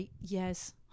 Yes